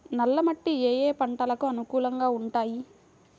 నల్ల మట్టి ఏ ఏ పంటలకు అనుకూలంగా ఉంటాయి?